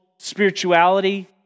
spirituality